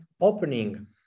opening